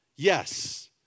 Yes